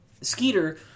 Skeeter